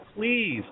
please